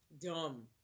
dumb